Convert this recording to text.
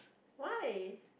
why